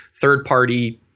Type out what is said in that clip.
third-party